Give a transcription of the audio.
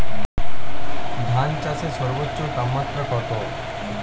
ধান চাষে সর্বোচ্চ তাপমাত্রা কত কোন জলবায়ুতে ধান চাষ ভালো হয়?